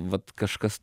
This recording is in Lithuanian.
vat kažkas